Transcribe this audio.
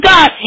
God